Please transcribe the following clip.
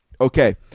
Okay